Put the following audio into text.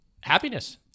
Happiness